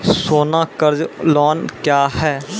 सोना कर्ज लोन क्या हैं?